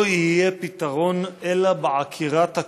לא יהיה פתרון אלא בעקירת הכיבוש,